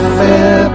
fair